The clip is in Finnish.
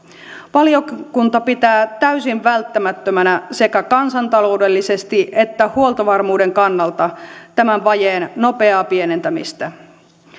valiokunta pitää täysin välttämättömänä sekä kansantaloudellisesti että huoltovarmuuden kannalta tämän vajeen nopeaa pienentämistä